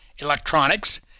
Electronics